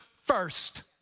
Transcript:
first